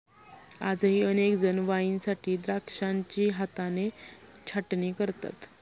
आजही अनेक जण वाईनसाठी द्राक्षांची हाताने छाटणी करतात